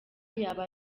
yaba